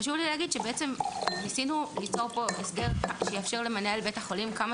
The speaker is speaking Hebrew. חשוב לי להגיד שניסינו ליצור פה הסדר שיאפשר למנהל בית החולים כמה